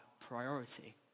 priority